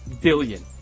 Billion